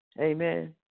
Amen